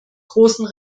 großen